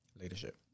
Leadership